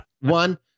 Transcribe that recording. one